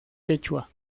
quechua